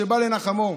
שבא לנחמו.